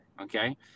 okay